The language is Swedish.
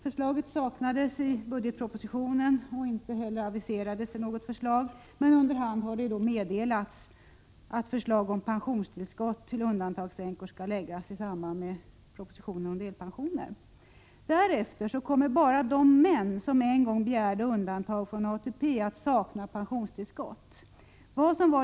Förslaget saknades i budgetpropositionen, och inte heller aviserades något förslag. Men under hand har det meddelats att förslag om pensionstillskott till undantagandeänkorna skall läggas fram i samband med propositionen om delpensioner. Därefter kommer bara de män som en gång begärde undantag från ATP att sakna pensionstillskott.